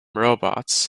robots